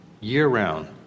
year-round